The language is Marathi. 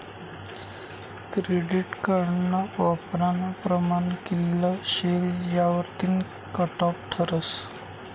क्रेडिट कार्डना वापरानं प्रमाण कित्ल शे यावरतीन कटॉप ठरस